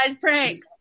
prank